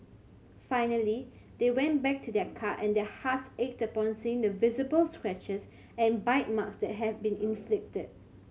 finally they went back to their car and their hearts ached upon seeing the visible scratches and bite marks that had been inflicted